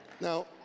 Now